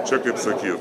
čia kaip sakyt